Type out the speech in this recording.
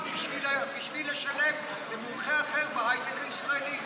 בשביל לשלם למומחה אחר בהייטק הישראלי.